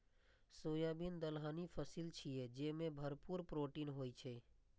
soybean दलहनी फसिल छियै, जेमे भरपूर प्रोटीन होइ छै